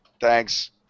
thanks